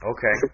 Okay